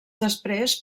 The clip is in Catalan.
després